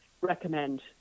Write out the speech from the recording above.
recommend